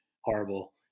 horrible